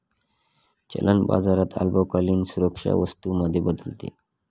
चलन बाजारात अल्पकालीन सुरक्षा वस्तू मध्ये बदलते